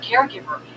caregiver